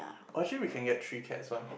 or actually we can get three cats one